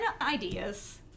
ideas